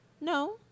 No